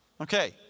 Okay